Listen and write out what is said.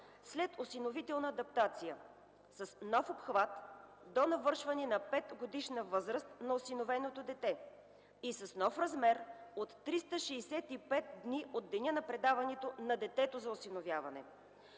след осиновителна адаптация, с нов обхват до навършване на 5-годишна възраст на осиновеното дете и с нов размер от 365 дни от деня на предаването на детето за осиновяване.